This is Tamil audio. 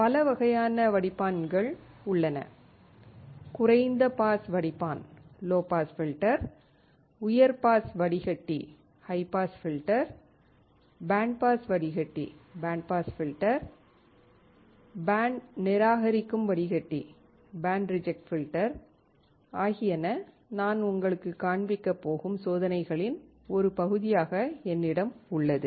பல வகையான வடிப்பான்கள் உள்ளன குறைந்த பாஸ் வடிப்பான் உயர் பாஸ் வடிகட்டி பேண்ட் பாஸ் வடிகட்டி பேண்ட் நிராகரிக்கும் வடிகட்டி ஆகியன நான் உங்களுக்குக் காண்பிக்கப் போகும் சோதனையின் ஒரு பகுதியாக என்னிடம் உள்ளது